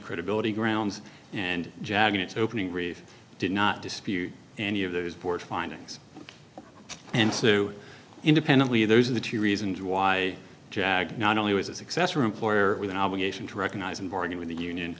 credibility grounds and jabbing its opening grief did not dispute any of those board findings and sue independently those are the two reasons why jag not only was a successor employer with an obligation to recognize and bargain with the union